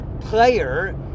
player